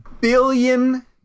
billion